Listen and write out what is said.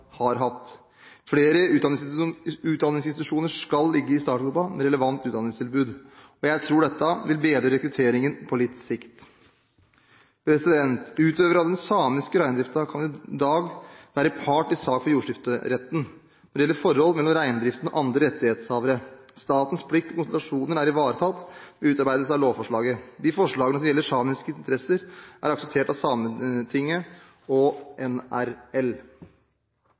har hatt. Flere utdanningsinstitusjoner skal ligge i startgropa med relevant utdanningstilbud, og jeg tror dette vil bedre rekrutteringen på litt sikt. Utøvere av den samiske reindriften kan i dag være part i sak for jordskifteretten når det gjelder forhold mellom reindriften og andre rettighetshavere. Statens plikt til konsultasjoner er ivaretatt ved utarbeidelse av lovforslaget. De forslagene som gjelder samiske interesser, er akseptert av Sametinget og